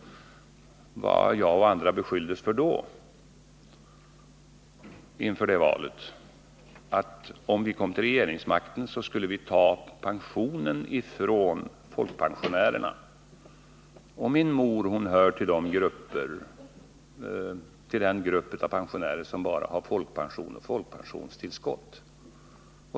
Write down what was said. Vad jag och andra beskylldes för då var egentligen att om vi kom till regeringsmakten skulle vi ta pensionen från pensionärerna. Min mor hör till den grupp av pensionärer som bara har folkpension och folkpensionstillskott.